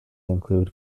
include